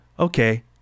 okay